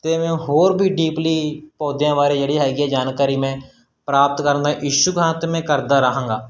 ਅਤੇ ਮੈਂ ਹੋਰ ਵੀ ਡੀਪਲੀ ਪੌਦਿਆਂ ਬਾਰੇ ਜਿਹੜੀ ਹੈਗੀ ਆ ਜਾਣਕਾਰੀ ਮੈਂ ਪ੍ਰਾਪਤ ਕਰਨ ਦਾ ਇਛੁੱਕ ਹਾਂ ਅਤੇ ਮੈਂ ਕਰਦਾ ਰਹਾਂਗਾ